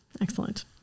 Excellent